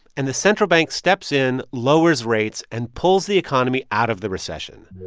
and the central bank steps in, lowers rates and pulls the economy out of the recession